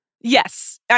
Yes